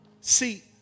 See